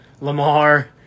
Lamar